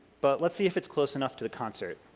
but let's see if it's close enough to the concert.